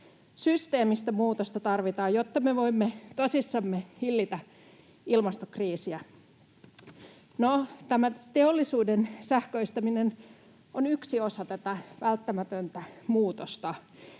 systeemistä muutosta tarvitaan, jotta me voimme tosissamme hillitä ilmastokriisiä. No, tämä teollisuuden sähköistäminen on yksi osa tätä välttämätöntä muutosta.